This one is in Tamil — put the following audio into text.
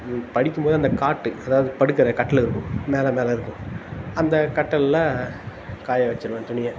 படிக்கும் போது அந்த காட்டு அதாவது படுக்கிற கட்டிலு இருக்கும் மேலே மேலே இருக்கும் அந்த கட்டலில் காய வெச்சுருவேன் துணியை